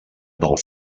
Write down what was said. del